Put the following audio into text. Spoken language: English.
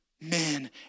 men